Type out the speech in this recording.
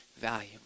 valuable